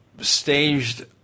staged